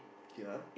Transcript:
ya